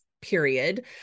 Period